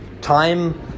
time